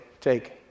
take